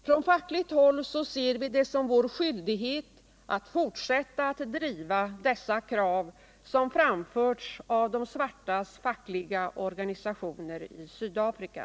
Från fackligt håll ser vi det som vår skyldighet att fortsätta att driva dessa krav, som framförts av de svartas fackliga organisationer i Sydafrika.